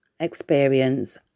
experience